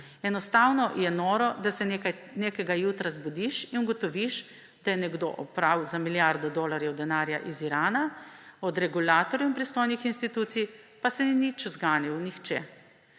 Enostavno je noro, da se nekega jutra zbudiš in ugotoviš, da je nekdo opral za milijardo dolarjev denarja iz Irana, od regulatorjev in pristojnih institucij pa se ni zganil nihče.